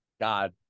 God